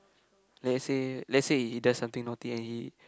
let's say let's say he does something naughty and he